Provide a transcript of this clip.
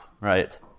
right